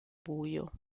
buio